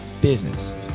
business